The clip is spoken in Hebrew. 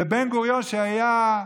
ובן-גוריון, שהיה,